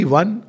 one